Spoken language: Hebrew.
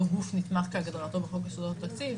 גוף נתמך כהגדרתו בחוק יסודות התקציב,